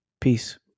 Peace